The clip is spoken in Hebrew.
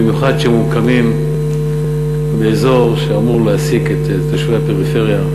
במיוחד כשהם ממוקמים באזור שאמור להעסיק את תושבי הפריפריה,